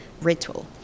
ritual